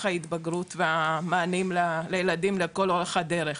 ההתבגרות והמענים לילדים לכל אורך הדרך.